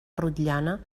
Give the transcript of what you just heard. rotllana